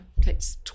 takes